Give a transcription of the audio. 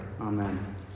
Amen